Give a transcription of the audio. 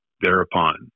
thereupon